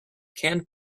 canned